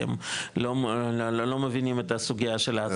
כי הם לא מבינים את הסוגייה של ההצמדה